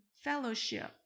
fellowship